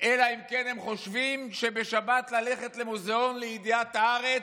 אלא אם כן הם חושבים שבשבת ללכת למוזיאון לידיעת הארץ,